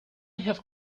have